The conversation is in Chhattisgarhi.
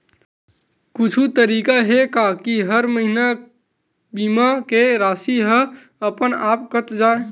कुछु तरीका हे का कि हर महीना बीमा के राशि हा अपन आप कत जाय?